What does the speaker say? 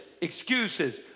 excuses